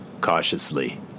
Cautiously